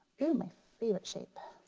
okay my favorite shape.